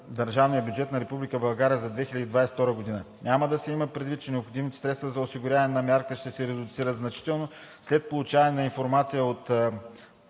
държавния бюджет на Република България за 2022 г. Трябва да се има предвид, че необходимите средства за осигуряване на мярката ще се редуцират значително след получаване на информация от